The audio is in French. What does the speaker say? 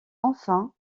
enfin